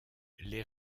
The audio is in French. les